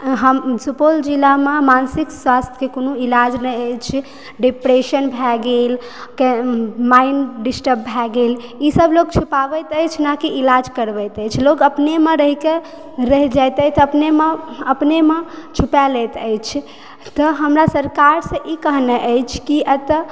हम सुपौल जिलामे मानसिक स्वास्थ्यके कोनो इलाज नहि अछि डिप्रेशन भए गेल माइण्ड डिस्टर्ब भए गेल ई सब लोग छुपाबैत अछि नहि कि इलाज करबैत अछि लोक अपनेमे रहिकऽ रहि जाइत अछि अपनेमे छुपा लैत अछि तऽ हमरा सरकारसे ई कहबाक अछि कि एतऽ